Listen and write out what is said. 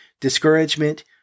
discouragement